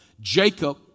Jacob